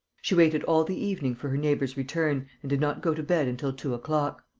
she waited all the evening for her neighbour's return and did not go to bed until two o'clock.